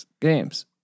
games